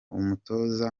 umutoza